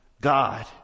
God